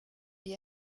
die